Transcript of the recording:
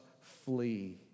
flee